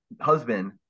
husband